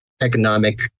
economic